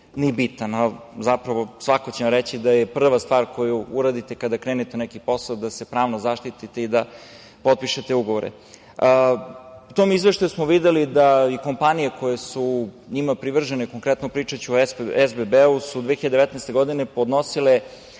ni bitan. Ali, svako će vam reći da je zapravo prva stvar koju uradite kada krenete u neki posao da se pravno zaštitite i da potpišite ugovore.U tom izveštaju smo videli da i kompanije koje su njima privržene, konkretno, pričaću o SBB-u, su 2019. godine podnosile